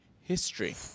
history